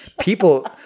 People